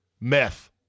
Meth